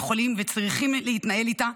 יכולים וצריכים להתנהל איתה,